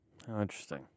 Interesting